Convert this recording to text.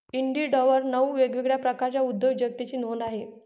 इंडिडवर नऊ वेगवेगळ्या प्रकारच्या उद्योजकतेची नोंद आहे